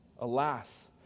Alas